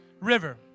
River